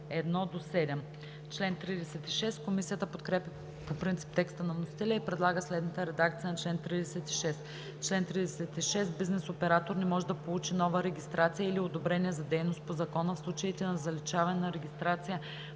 по реда на ал. 1 – 7.“ Комисията подкрепя по принцип текста на вносителя и предлага следната редакция на чл. 36: „Чл. 36. Бизнес оператор не може да получи нова регистрация или одобрение за дейност по закона в случаите на заличаване на регистрация